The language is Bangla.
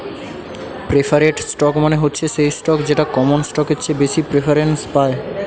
প্রেফারেড স্টক মানে হচ্ছে সেই স্টক যেটা কমন স্টকের চেয়ে বেশি প্রেফারেন্স পায়